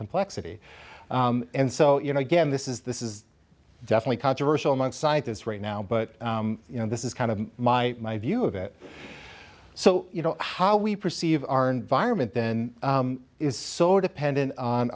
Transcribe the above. complexity and so you know again this is this is definitely controversial among scientists right now but you know this is kind of my view of it so you know how we perceive our environment then is so dependent on